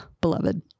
beloved